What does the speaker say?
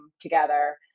together